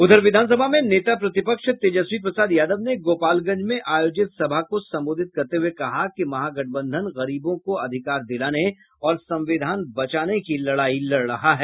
उधर विधानसभा में नेता प्रतिपक्ष तेजस्वी प्रसाद यादव ने गोपालगंज में आयोजित सभा को संबोधित करते हुए कहा कि महागठबंधन गरीबों को अधिकार दिलाने और संविधान बचाने की लड़ाई लड़ रहा है